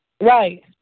Right